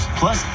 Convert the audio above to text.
plus